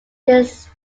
this